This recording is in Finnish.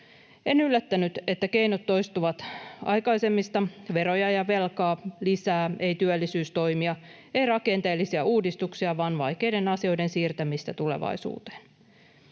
En yllättynyt, että aikaisemmat keinot toistuvat: veroja ja velkaa lisää, ei työllisyystoimia, ei rakenteellisia uudistuksia vaan vaikeiden asioiden siirtämistä tulevaisuuteen.